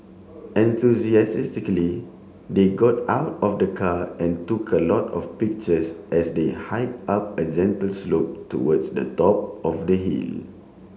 enthusiastically they got out of the car and took a lot of pictures as they hike up a gentle slope towards the top of the hill